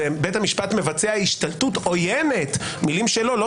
ובית המשפט מבצע השתלטות עוינת מילים שלו ולא